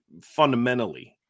fundamentally –